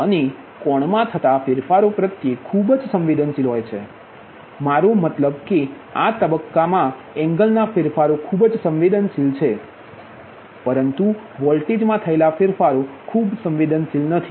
અને કોણમાં થતા ફેરફારો પ્રત્યે ખૂબ જ સંવેદનશીલ હોય છે મારો મતલબ કે આ તબક્કાના એંગલનાં ફેરફારોમાં ખૂબ જ સંવેદનશીલ છે પરંતુ વોલ્ટેજમા થયેલા ફેરફારો સાથે ખૂબ સંવેદનશીલ નથી